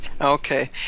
okay